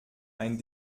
ein